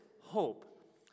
hope